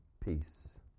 peace